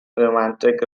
romantic